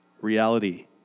reality